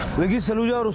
vicky saluja